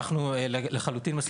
אנחנו מסכימים עם זה לחלוטין.